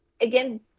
again